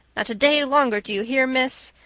not a day longer, do you hear, miss.